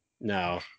no